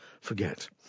forget